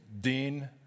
Dean